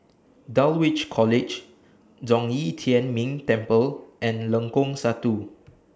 Dulwich College Zhong Yi Tian Ming Temple and Lengkong Satu